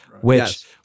which-